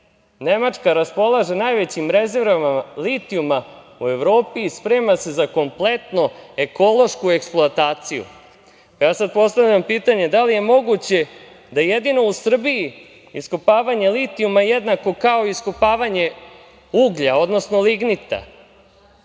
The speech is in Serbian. Nemačka raspolaže najvećim rezervama litijuma u Evropi i sprema se za kompletnu ekološku eksploataciju".Ja sada postavljam pitanje - da li je moguće da je jedino u Srbiji iskopavanje litijuma jednako kao iskopavanje uglja, odnosno lignita?